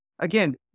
Again